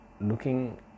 looking